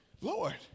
Lord